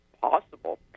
possible